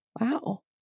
wow